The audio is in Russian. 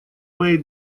моей